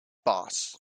boss